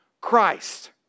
Christ